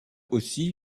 aussi